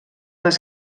les